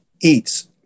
eats